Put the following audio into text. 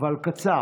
אבל קצר,